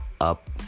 up